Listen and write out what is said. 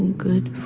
and good